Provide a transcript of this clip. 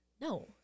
No